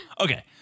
Okay